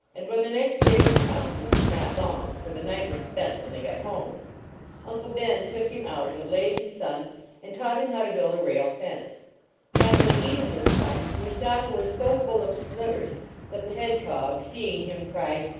and when the next day was come which was not long, for the night was spent when they got home uncle ben took him out in the blazing sun and taught him how to build a rail-fence. and when even was come mustapha was so full of slivers that the hedge hog, seeing him, cried,